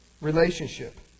relationship